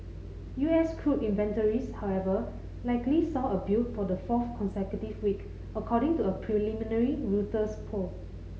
U S crude inventories however likely saw a build for the fourth consecutive week according to a preliminary Reuters poll